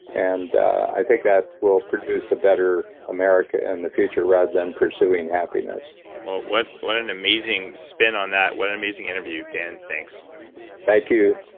and i think that will produce a better america in the future, rather than pursuing happiness r what an amazing spin on that. what an amazing interview, dan. thanks thank you.